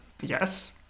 Yes